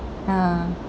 ah